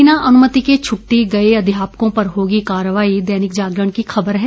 बिना अनुमति के छुटटी गए अध्यापकों पर होगी कार्रवाई दैनिक जागरण की खबर है